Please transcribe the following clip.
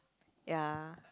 ya